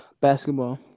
Basketball